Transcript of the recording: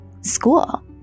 school